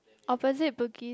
opposite Bugis